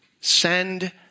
Send